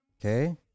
Okay